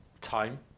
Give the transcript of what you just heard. time